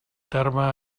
terme